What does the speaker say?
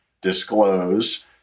disclose